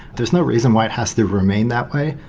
there's no reason why it has to remain that way.